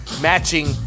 Matching